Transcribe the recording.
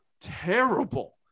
terrible